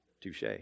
Touche